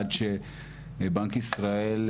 עד שבנק ישראל,